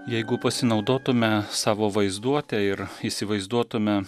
jeigu pasinaudotume savo vaizduote ir įsivaizduotume